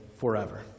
forever